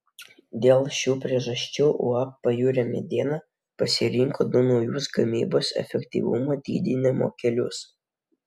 dėl šių priežasčių uab pajūrio mediena pasirinko du naujus gamybos efektyvumo didinimo kelius